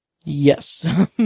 Yes